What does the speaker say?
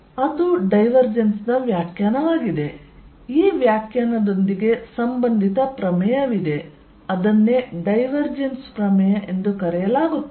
ಆದ್ದರಿಂದ ಅದು ಡೈವರ್ಜೆನ್ಸ್ ನ ವ್ಯಾಖ್ಯಾನವಾಗಿದೆ ಈ ವ್ಯಾಖ್ಯಾನದೊಂದಿಗೆ ಸಂಬಂಧಿತ ಪ್ರಮೇಯವಿದೆ ಮತ್ತು ಅದನ್ನು ಡೈವರ್ಜೆನ್ಸ್ ಪ್ರಮೇಯ ಎಂದು ಕರೆಯಲಾಗುತ್ತದೆ